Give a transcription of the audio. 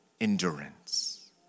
endurance